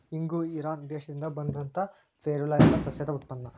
ಇಂಗು ಇರಾನ್ ದೇಶದಿಂದ ಬಂದಂತಾ ಫೆರುಲಾ ಎಂಬ ಸಸ್ಯದ ಉತ್ಪನ್ನ